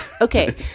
Okay